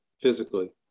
physically